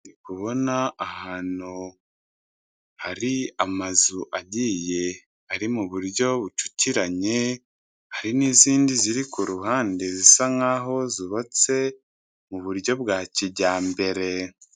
Ndi kubona ahantu hari amazu agiye ari muburyo bucukiranye, hari n'izindi ziri kuruhande zisa nk'aho zubatse muburyo bwa kijyambere.